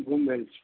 गुम भेल छी